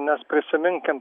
nes prisiminkim